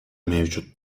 mevcut